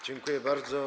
Dziękuję bardzo.